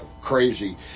crazy